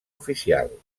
oficial